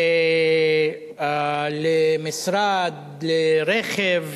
למשרד, לרכב,